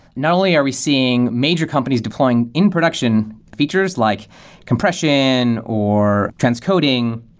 not only are we seeing major companies deploying in production, features like compression, or transcoding,